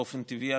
באופן טבעי,